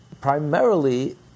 primarily